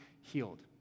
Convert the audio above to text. healed